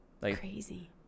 Crazy